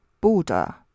Buddha